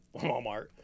Walmart